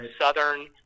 Southern